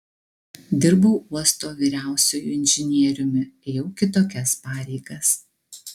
dirbau uosto vyriausiuoju inžinieriumi ėjau kitokias pareigas